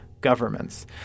governments